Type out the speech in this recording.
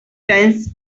tense